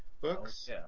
books